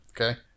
Okay